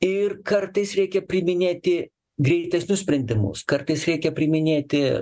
ir kartais reikia priiminėti greitesnius sprendimus kartais reikia priiminėti